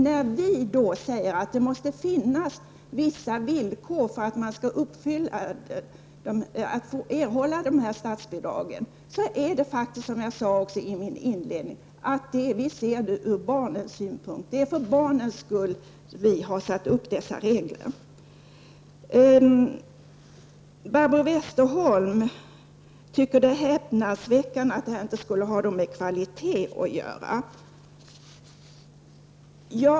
När vi säger att vissa villkor måste uppfyllas för att statsbidsrag skall erhållas är det därför att vi, som jag sade i mitt inledningsanförande, ser det ur barnens synpunkt. Det är för barnens skull vi har satt upp dessa regler. Barbro Westerholm tycker att det är häpnadsväckande att detta inte skulle ha med kvalitet att göra.